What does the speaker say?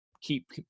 keep